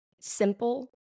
simple